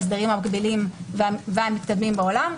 ההסדרים המקבילים והמתקדמים בעולם,